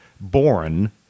born—